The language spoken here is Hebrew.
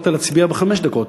יכולת להצביע בחמש דקות.